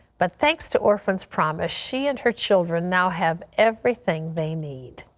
but thanks to orphan's promise, she and her children now have everything they need.